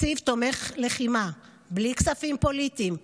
תקציב תומך לחימה בלי כספים פוליטיים,